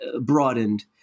broadened